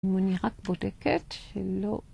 מוני רק בודקת, שלא